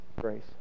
grace